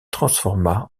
transforma